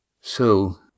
So